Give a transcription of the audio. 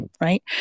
right